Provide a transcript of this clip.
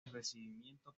recibimiento